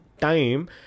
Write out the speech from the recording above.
time